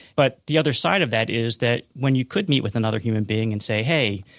but the other side of that is that when you could meet with another human being and say, hey,